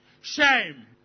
Shame